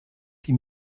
die